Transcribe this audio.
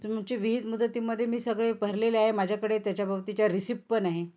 तुमची वीज मुदतीमध्ये मी सगळे भरलेले आहे माझ्याकडे त्याच्या बाबतीच्या रिसिप्टपण आहे